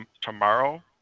tomorrow